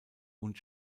und